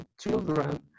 children